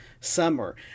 summer